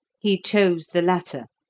he chose the latter,